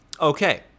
okay